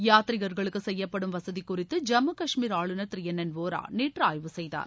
யாத்ரிகா்களுக்கு செய்யப்படும் வசதி குறித்து ஜம்மு கஷ்மீர் ஆளுநர் திருஎன் என் ஹோரா நேற்று ஆய்வு செய்தார்